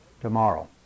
tomorrow